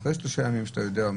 אחרי שלושה ימים שאתה יודע,